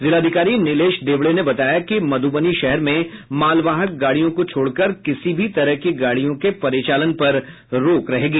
जिलाधिकारी निलेश देवड़े ने बताया कि मधुबनी शहर में मालवाहक गाड़ियों को छोड़कर किसी भी तरह की गाड़ियों के परिचालन पर रोक रहेगी